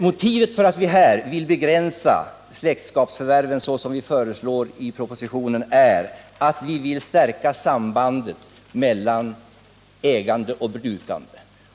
Motivet för att vi här vill begränsa släktskapsförvärven, så som vi föreslår i propositionen, är att vi vill stärka sambandet mellan ägande och brukande.